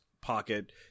pocket